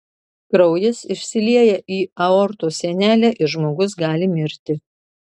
kraujas išsilieja į aortos sienelę ir žmogus gali mirti